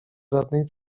żadnej